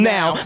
Now